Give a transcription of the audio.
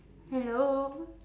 hello